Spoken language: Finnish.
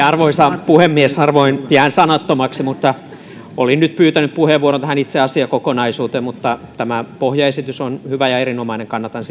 arvoisa puhemies harvoin jään sanattomaksi mutta olin nyt pyytänyt puheenvuoron tähän itse asiakokonaisuuteen tämä puhemiesneuvoston esitys on hyvä ja erinomainen kannatan